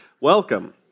Welcome